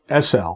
SL